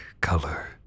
color